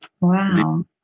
Wow